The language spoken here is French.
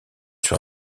sur